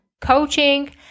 coaching